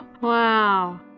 Wow